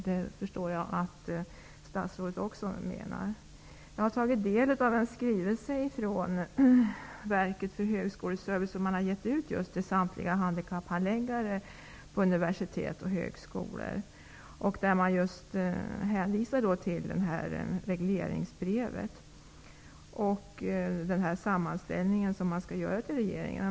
Jag förstår att statsrådet också menar det. Jag har tagit del av en skrivelse från Verket för högskoleservice, som har givits ut till samtliga handikapphandläggare på universitet och högskolor. Där hänvisar man till det regleringsbrev som statsrådet nämner och den sammanställning man har i uppdrag att lämna till regeringen.